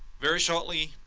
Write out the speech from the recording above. very shortly,